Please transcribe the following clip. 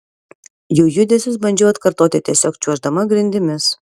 jų judesius bandžiau atkartoti tiesiog čiuoždama grindimis